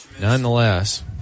Nonetheless